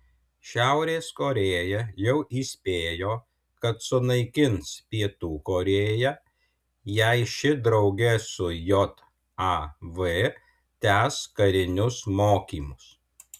šiaurės korėja jau įspėjo kad sunaikins pietų korėją jei ši drauge su jav tęs karinius mokymus